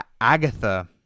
Agatha